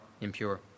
impure